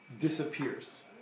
disappears